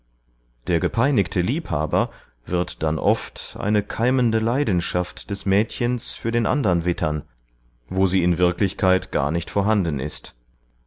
der gepeinigte liebhaber wird dann oft eine keimende leidenschaft des mädchens für den andern wittern wo sie in wirklichkeit gar nicht vorhanden ist